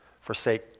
forsake